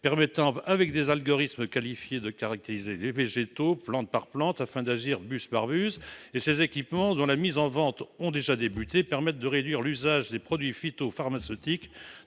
permettant, avec des algorithmes qualifiés, de caractériser les végétaux, plante par plante, afin d'agir buse par buse. Ces équipements, dont les mises en vente ont déjà débuté, permettent de réduire l'usage des produits phytopharmaceutiques